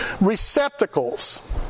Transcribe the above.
receptacles